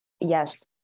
yes